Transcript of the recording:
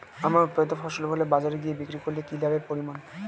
আমার উৎপাদিত ফসল ফলে বাজারে গিয়ে বিক্রি করলে কি লাভের পরিমাণ?